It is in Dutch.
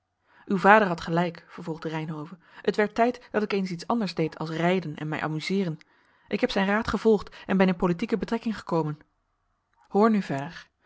uw vader had gelijk vervolgde reynhove het werd tijd dat ik eens iets anders deed als rijden en mij amuseeren ik heb zijn raad gevolgd en ben in politieke betrekking gekomen hoor nu verder